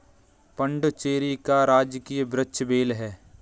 पुडुचेरी का राजकीय वृक्ष बेल है